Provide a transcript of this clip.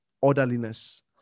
Orderliness